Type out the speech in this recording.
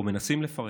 או מנסים לפרק.